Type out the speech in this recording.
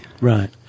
Right